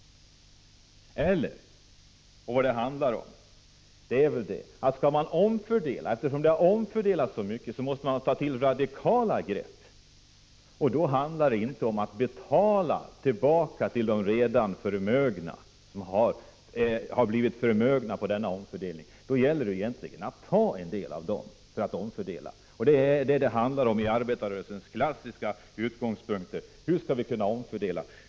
Eftersom det har omfördelats så mycket måste man ta till radikala grepp. Då handlar det inte om att betala tillbaka till dem som har blivit förmögna på denna omfördelning, det gäller att ta en del ifrån dem. Arbetarrörelsens klassiska utgångspunkter är: Hur skall vi kunna omfördela?